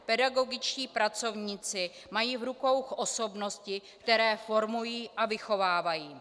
Pedagogičtí pracovníci mají v rukou osobnosti, které formují a vychovávají.